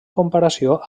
comparació